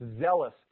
Zealous